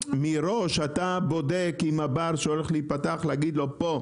אתה בודק מראש עם הבר שהולך להיפתח, להגיד לו "פה,